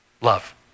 Love